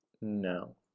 No